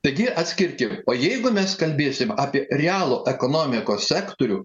taigi jie atskirkim o jeigu mes kalbėsim apie realų ekonomikos sektorių